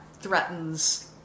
threatens